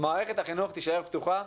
מערכת החינוך תישאר פתוחה,